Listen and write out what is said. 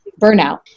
burnout